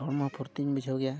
ᱦᱚᱲᱢᱚ ᱯᱷᱩᱨᱛᱤᱧ ᱵᱩᱡᱷᱟᱹᱣ ᱜᱮᱭᱟ